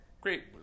Great